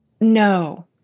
no